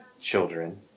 children